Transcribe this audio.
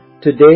Today